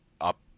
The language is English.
up